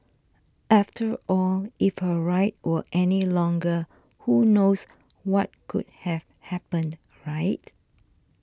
after all if her ride were any longer who knows what could have happened right